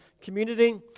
community